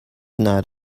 not